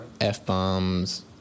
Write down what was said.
F-bombs